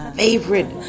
favorite